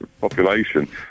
population